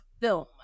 film